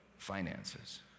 finances